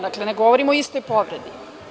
Dakle, ne govorimo o istoj povredi.